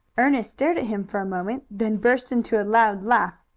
ernest stared at him for a moment, then burst into a loud laugh.